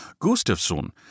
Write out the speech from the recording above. Gustafsson